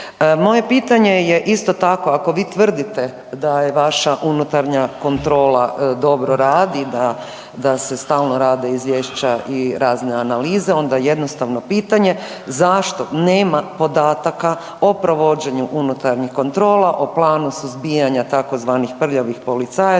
Moje pitanje je isto tako, ako vi tvrdite da je vaša unutarnja kontrola dobro radi, da se stalno rade izvješća i razne analize, onda jednostavno pitanje zašto nema podataka o provođenju unutarnjih kontrola, o planu suzbijanja tzv. prljavih policajaca.